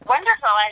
Wonderful